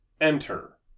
Enter